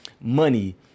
money